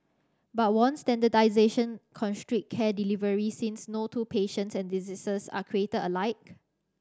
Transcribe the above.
but won't standardisation constrict care delivery since no two patients and diseases are created alike